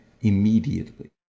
immediately